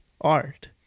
art